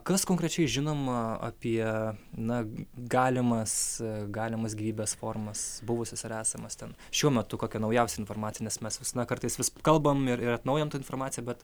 kas konkrečiai žinoma apie na galimas galimas gyvybės formas buvusias ar esamas ten šiuo metu kokia naujausia informacija nes mes visada kartais vis kalbam ir yra atnaujinta informacija bet